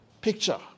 picture